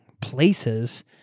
places